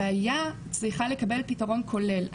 הבעיה צריכה לקבל פתרון כולל.